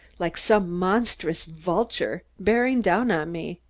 like some monstrous vulture, bearing down on me.